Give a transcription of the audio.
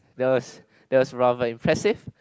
that's that's rather impressive